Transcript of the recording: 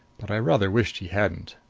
but i rather wished he hadn't.